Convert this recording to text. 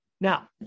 Now